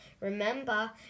Remember